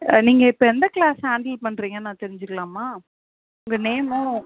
நீங்கள் இப்போ எந்த க்ளாஸை ஹேண்டில் பண்ணுறீங்கன்னு நான் தெரிஞ்சிக்கலாமா உங்கள் நேமு